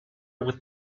with